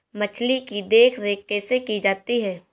मछली की देखरेख कैसे की जाती है?